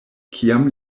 kiam